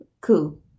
cool